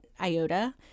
IOTA